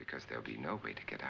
because there'll be nobody to get